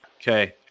Okay